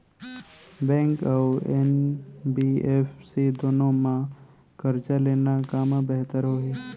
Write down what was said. Bank अऊ NBFC दूनो मा करजा लेना कामा बेहतर होही?